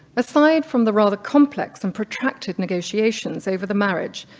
aside from the rather complex and protracted negotiations over the marriage,